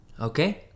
okay